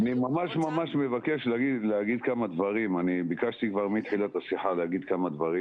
אני רוצה --- אני ממש מבקש להגיד כמה דברים.